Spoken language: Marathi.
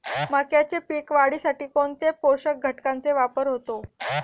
मक्याच्या पीक वाढीसाठी कोणत्या पोषक घटकांचे वापर होतो?